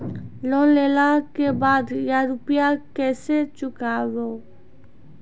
Loan लेला के बाद या रुपिया केसे चुकायाबो?